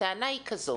הטענה היא כזו,